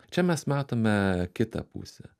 čia mes matome kitą pusę